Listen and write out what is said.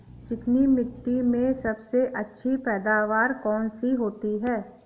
चिकनी मिट्टी में सबसे अच्छी पैदावार कौन सी होती हैं?